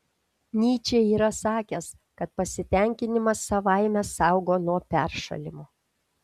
nyčė yra sakęs kad pasitenkinimas savaime saugo nuo peršalimo